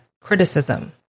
criticism